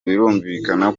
birumvikana